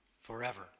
forever